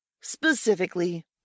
Specifically